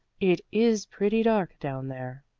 it is pretty dark down there.